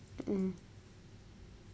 mm